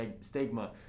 stigma